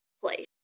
place